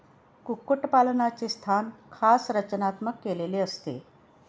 कुक्कुटपालनाचे स्थान खास रचनात्मक केलेले असते